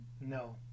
no